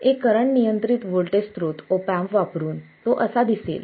तर एक करंट नियंत्रित व्होल्टेज स्त्रोत ऑप एम्प वापरुन तो असा दिसेल